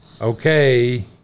Okay